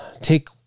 take